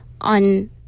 on